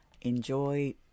Enjoy